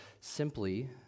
simply